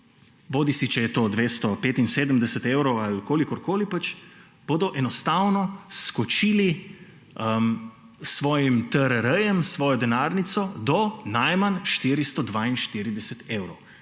bodisi je to 275 evrov ali kolikorkoli, bodo enostavno skočili s svojim TRR, s svojo denarnico do najmanj 442 evrov,